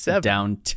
down